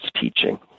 teaching